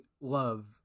love